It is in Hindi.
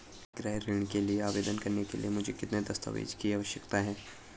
गृह ऋण के लिए आवेदन करने के लिए मुझे किन दस्तावेज़ों की आवश्यकता है?